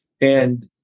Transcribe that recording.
And-